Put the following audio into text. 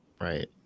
Right